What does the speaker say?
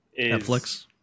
Netflix